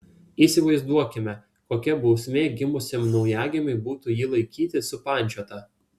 įsivaizduokime kokia bausmė gimusiam naujagimiui būtų jį laikyti supančiotą